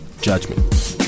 judgment